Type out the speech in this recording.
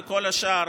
וכל השאר,